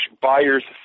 buyers